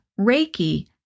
Reiki